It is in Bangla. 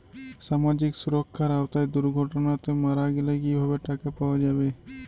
সামাজিক সুরক্ষার আওতায় দুর্ঘটনাতে মারা গেলে কিভাবে টাকা পাওয়া যাবে?